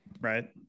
Right